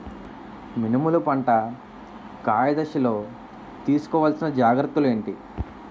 మినుములు పంట కాయ దశలో తిస్కోవాలసిన జాగ్రత్తలు ఏంటి?